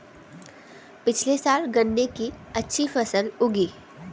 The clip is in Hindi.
पिछले साल गन्ने की अच्छी फसल उगी